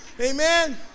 Amen